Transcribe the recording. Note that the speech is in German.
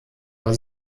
war